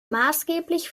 maßgeblich